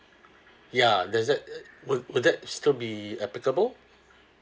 ya does that would would that still be applicable